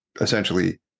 essentially